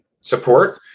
Support